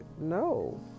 No